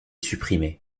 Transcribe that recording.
supprimé